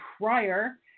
prior